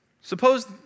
Suppose